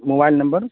mobile number